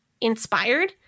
inspired